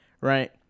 right